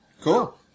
Cool